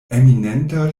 eminenta